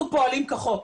אנחנו פועלים כחוק.